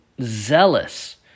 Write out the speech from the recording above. zealous